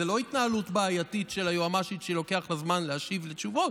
זה לא התנהלות בעייתית של היועמ"שית שלוקח לה זמן להשיב תשובות.